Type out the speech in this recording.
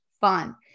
fun